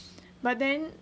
but then